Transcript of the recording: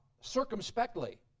circumspectly